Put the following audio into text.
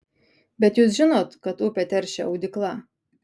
bet jūs žinot kad upę teršia audykla